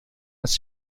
هست